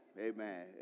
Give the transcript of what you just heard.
amen